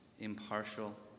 impartial